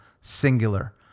singular